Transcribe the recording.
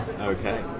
okay